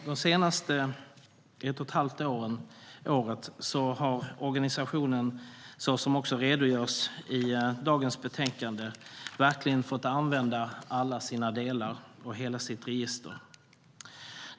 De senaste ett och ett halvt åren har organisationen, såsom också redogörs för i dagens betänkande, verkligen fått använda alla sina delar och hela sitt register.